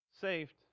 saved